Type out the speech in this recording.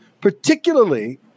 particularly